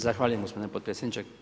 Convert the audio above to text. Zahvaljujem gospodine potpredsjedniče.